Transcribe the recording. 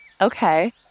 Okay